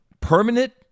permanent